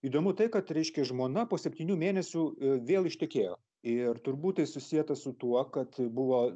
įdomu tai kad reiškia žmona po septynių mėnesių vėl ištekėjo ir turbūt tai susieta su tuo kad buvo